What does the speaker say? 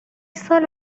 سال